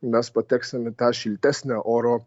mes pateksim į tą šiltesnę oro